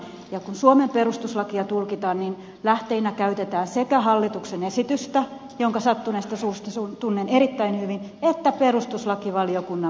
ja kun suomen perustuslakia tulkitaan niin lähteinä käytetään sekä hallituksen esitystä jonka sattuneesta syystä tunnen erittäin hyvin että perustuslakivaliokunnan mietintöä